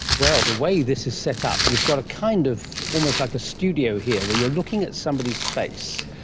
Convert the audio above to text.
well, the way this is set up you've got a kind of. almost like a studio here where you're looking at somebody's face.